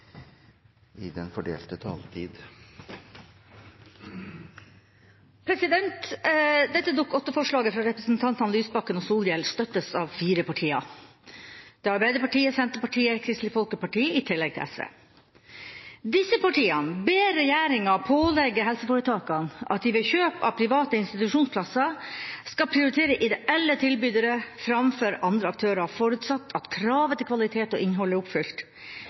forslaget hun viste til. Dette Dokument 8-forslaget fra representantene Lysbakken og Solhjell støttes av fire parter. Det er Arbeiderpartiet, Senterpartiet og Kristelig Folkeparti i tillegg til SV. Disse partiene ber regjeringa pålegge helseforetakene at de ved kjøp av private institusjonsplasser skal prioritere ideelle tilbydere framfor andre aktører, forutsatt at kravet til kvalitet og innhold er oppfylt.